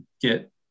get